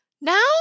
Now